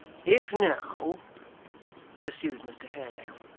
if now pursued mr haredale,